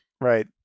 right